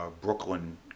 Brooklyn